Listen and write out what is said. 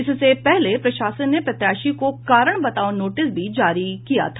इससे पहले प्रशासन ने प्रत्याशी को कारण बताओ नोटिस भी जारी किया था